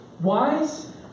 Wise